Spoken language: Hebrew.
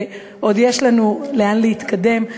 ועוד יש לנו לאן להתקדם,